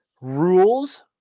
rules